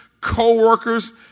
co-workers